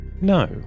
No